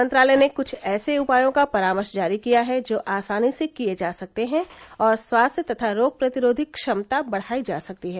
मंत्रालय ने कुछ ऐसे उपायों का परामर्श जारी किया है जो आसानी से किए जा सकते हैं और स्वास्थ्य तथा रोग प्रतिरोधी क्षमता बढ़ाई जा सकती है